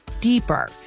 deeper